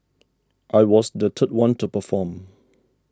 I was the third one to perform